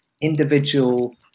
individual